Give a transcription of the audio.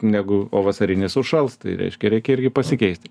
negu o vasarinis užšals tai reiškia reikia irgi pasikeisti